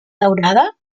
daurada